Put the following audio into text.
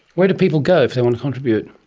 where do people go if they want to contribute?